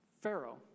Pharaoh